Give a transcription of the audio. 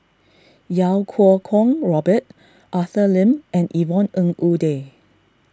Iau Kuo Kwong Robert Arthur Lim and Yvonne Ng Uhde